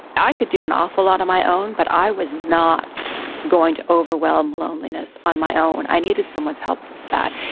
i could do an awful lot on my own but i was not going to overwhelm loneliness on my own, i needed someone's help with that.